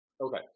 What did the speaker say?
Okay